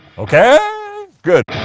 okay, good.